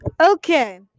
Okay